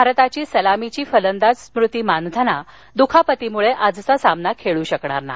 भारताची सलामीची फलंदाज स्मृती मानधना दुखापतीमुळे आजचा सामना खेळू शकणार नाही